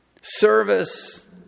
service